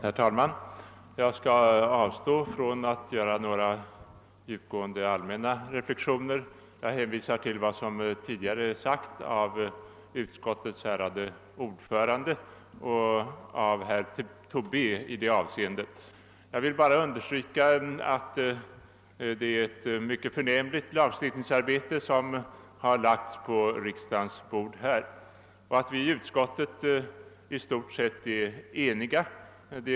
Herr talman! Jag skall här inte göra några djupgående allmänna reflexioner utan hänvisar i det avseendet i stället till vad som tidigare sagts av utskottets ärade ordförande och herr Tobé. Det är ett mycket förnämligt lagstiftningsarbete som nu lagts på riksdagens bord, och vi har i utskottet i stort sett varit eniga.